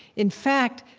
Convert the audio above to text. in fact,